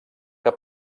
que